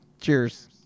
Cheers